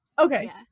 Okay